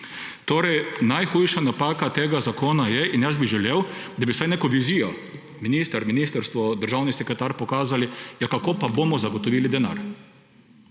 Torej najhujša napaka tega zakona je, in jaz bi želel, da bi vsaj neko vizijo, minister, ministrstvo, državni sekretar, pokazali, kako pa bomo zagotovili denar.